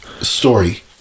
story